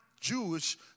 Jewish